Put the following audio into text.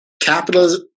Capitalism